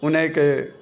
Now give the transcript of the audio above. उन खे